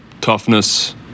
toughness